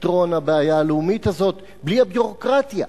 בפתרון הבעיה הלאומית הזאת, בלי הביורוקרטיה.